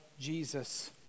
Jesus